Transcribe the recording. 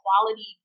quality